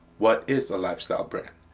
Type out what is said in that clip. what is a lifestyle brand?